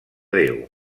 déu